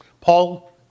Paul